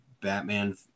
Batman